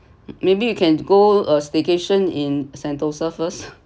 maybe you can go a staycation in sentosa first